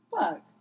Fuck